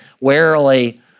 warily